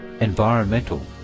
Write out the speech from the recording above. Environmental